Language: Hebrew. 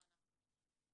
לא אנחנו,